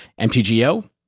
MTGO